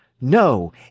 No